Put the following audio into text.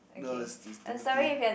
no is is Timothy